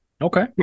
okay